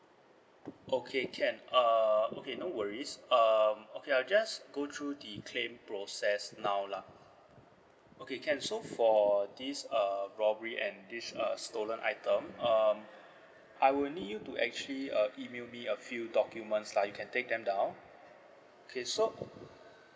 okay can uh okay no worries um okay I'll just go through the claim process now lah okay can so for these uh robbery and this uh stolen items um I would need you to actually uh email me a few documents lah you can take them down okay so